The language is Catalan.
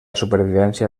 supervivència